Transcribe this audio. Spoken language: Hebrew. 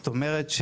זאת אומרת,